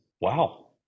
wow